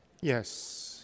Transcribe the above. Yes